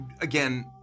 Again